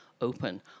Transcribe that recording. open